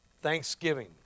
thanksgiving